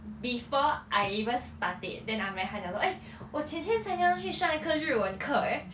before I even start it then I met 她讲说 eh 我前天才要去上一颗日文课:wo qiani tian cai yao qu shang yi ke ri wen ke eh